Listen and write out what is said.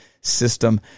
System